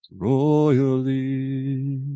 royally